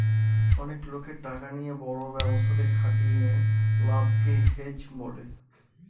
অনেক লোকের টাকা নিয়ে বড় ব্যবসাতে খাটিয়ে লাভকে হেজ বলে